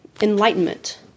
enlightenment